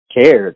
cared